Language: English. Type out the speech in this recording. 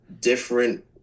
different